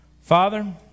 Father